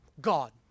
God